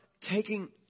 taking